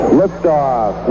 liftoff